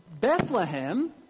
Bethlehem